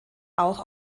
auch